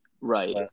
Right